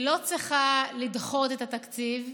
היא לא צריכה לדחות את התקציב,